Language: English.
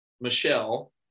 Michelle